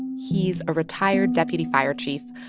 he's a retired deputy fire chief.